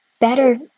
better